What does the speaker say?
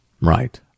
Right